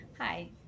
hi